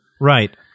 right